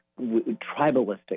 tribalistic